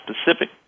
specific